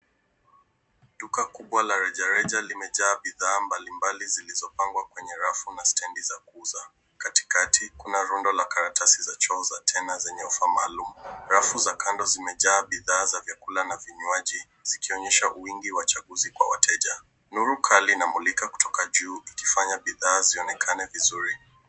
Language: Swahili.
Duka kubwa la rejareja limejaa bidhaa mbalimbali zilizopangwa kwenye rafu na stendi za kuuza. Katikati kuna rundo la karatasi za choo za tena zenye offer maalum. Rafu za kando zimejaa bidhaa za vyakula na vinywaji zikionyesha wingi wa chaguzi kwa wateja. Nuru kali inamulika kutoka juu ikifanya bidhaa zionekane vizuri.